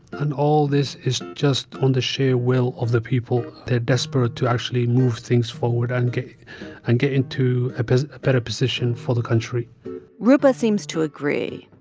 and all this is just on the sheer will of the people. they're desperate to actually move things forward and and get into a better position for the country roopa seems to agree,